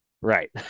Right